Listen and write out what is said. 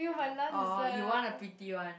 oh you want a pretty one